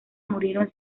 murieron